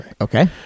Okay